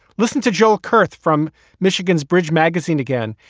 listen to joe kerth from michigan's bridge magazine again.